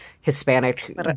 hispanic